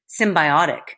symbiotic